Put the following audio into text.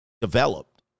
developed